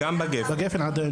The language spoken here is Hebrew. זה היה בניהול העצמי, בגפ"ן לא.